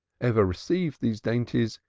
ever received these dainties,